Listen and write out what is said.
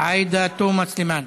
חברת הכנסת עאידה תומא סלימאן.